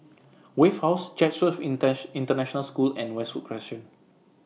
Wave House Chatsworth International School and Westwood Crescent